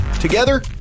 Together